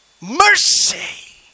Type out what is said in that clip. Mercy